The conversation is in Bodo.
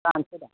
जागोनसो दा